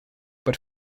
but